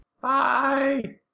Bye